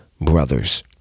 brothers